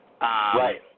Right